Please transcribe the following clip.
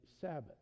Sabbath